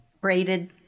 braided